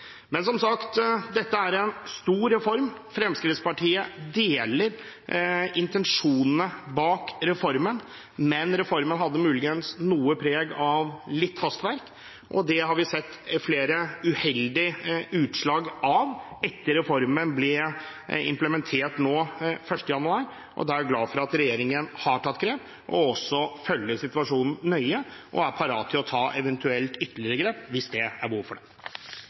Som sagt er dette en stor reform. Fremskrittspartiet deler intensjonene bak reformen, men reformen hadde muligens noe preg av hastverk, og det har vi sett flere uheldige utslag av etter at reformen ble implementert nå 1. januar. Da er jeg glad for at regjeringen har tatt grep, og også følger situasjonen nøye og er parat til å ta eventuelt ytterligere grep hvis det er behov for det.